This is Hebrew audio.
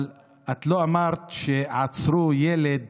אבל את לא אמרת שעצרו ילד